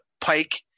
Pike